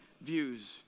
views